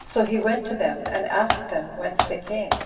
so he went to them, and asked them whence they came.